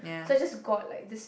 so just got like this